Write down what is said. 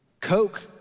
Coke